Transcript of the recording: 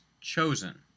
chosen